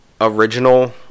original